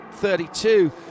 32